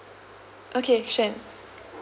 okay shen